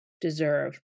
deserve